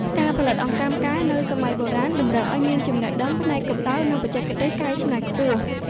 ការផលិតអង្កាំកែវនៅសម័យបុរាណតម្រូវឱ្យមានចំណេះដឹងផ្នែកកំដៅ និងបច្ចេកទេសកែច្នៃខ្ពស់។